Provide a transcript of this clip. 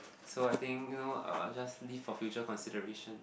so I think you know uh just leave for future consideration